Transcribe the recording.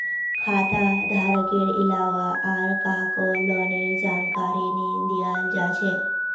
खाता धारकेर अलावा आर काहको लोनेर जानकारी नी दियाल जा छे